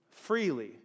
freely